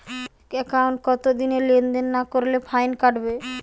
একাউন্টে কতদিন লেনদেন না করলে ফাইন কাটবে?